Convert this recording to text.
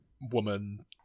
woman